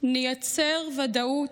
ונייצר ודאות,